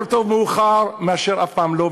טוב מאוחר מאשר אף פעם לא,